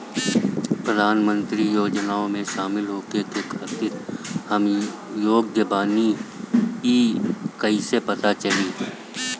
प्रधान मंत्री योजनओं में शामिल होखे के खातिर हम योग्य बानी ई कईसे पता चली?